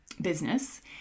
business